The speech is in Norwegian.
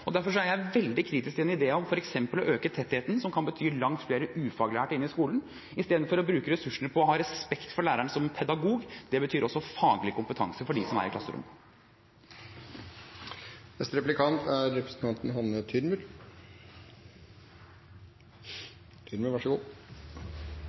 lærer. Derfor er jeg veldig kritisk til en idé om f.eks. å øke tettheten, noe som kan bety langt flere ufaglærte inn i skolen, i stedet for å bruke ressursene på å ha respekt for læreren som pedagog. Det betyr også faglig kompetanse for dem som er i